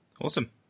Awesome